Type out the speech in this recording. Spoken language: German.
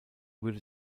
würde